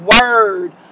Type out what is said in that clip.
word